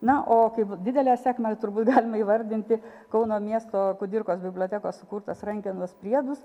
na o kaip didelę sėkmę turbūt galima įvardinti kauno miesto kudirkos bibliotekos kurtas rankenas priedus